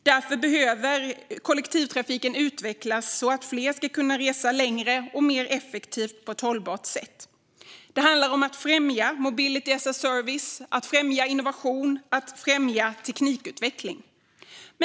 Därför behöver kollektivtrafiken utvecklas så att fler kan resa längre och mer effektivt på ett hållbart sätt. Det handlar om att främja mobility as a service, innovation och teknikutveckling.